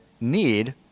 need